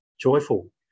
joyful